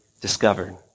discovered